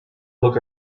look